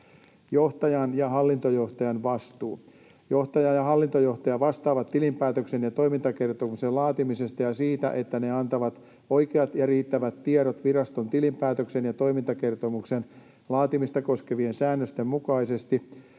Johtajan ja hallintojohtajan vastuu: Johtaja ja hallintojohtaja vastaavat tilinpäätöksen ja toimintakertomuksen laatimisesta ja siitä, että ne antavat oikeat ja riittävät tiedot viraston tilinpäätöksen ja toimintakertomuksen laatimista koskevien säännösten mukaisesti.